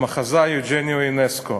המחזאי יוג'ין יונסקו,